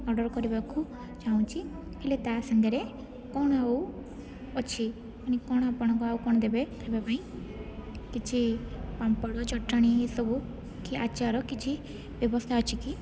order କରିବାକୁ ଚାହୁଁଛି ହେଲେ ତା ସାଙ୍ଗରେ କଣ ଆଉ ଅଛି ମାନେ କଣ ଆପଣ ଆଉ କଣ ଦେବେ ଖାଇବା ପାଇଁ କିଛି ପାମ୍ପଡ଼ ଚଟଣି ଏସବୁ କି ଆଚାର କିଛି ବ୍ୟାବସ୍ଥା ଅଛି କି